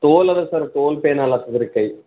ತೋಲು ಅದ ಸರ್ ತೋಲ ಪೇನಲ್ಲಿ ಆಗ್ತದ್ರ್ ಕೈ